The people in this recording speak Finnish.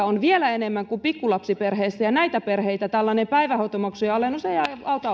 on vielä enemmän kuin pikkulapsiperheissä ja näitä perheitä tällainen päivähoitomaksujen alennus ei auta